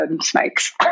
snakes